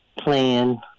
plan